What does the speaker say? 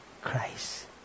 Christ